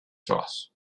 trash